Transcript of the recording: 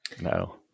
No